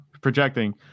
projecting